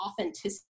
authenticity